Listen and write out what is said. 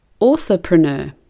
authorpreneur